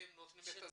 אתם נותנים את הזכאות?